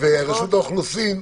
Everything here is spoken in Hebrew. רשות האוכלוסין,